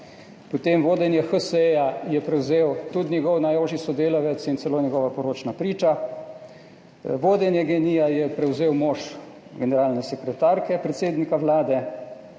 potem vodenje HSE je prevzel tudi njegov najožji sodelavec in celo njegova poročna priča, vodenje GEN-I je prevzel mož generalne sekretarke predsednika Vlade.